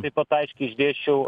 taip pat aiškiai išdėsčiau